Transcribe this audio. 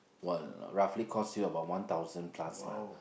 one roughly cost you about one thousand plus lah